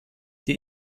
die